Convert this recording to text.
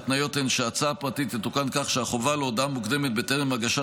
ההתניות הן שההצעה הפרטית תתוקן כך שהחובה על הודעה מוקדמת בטרם הגשת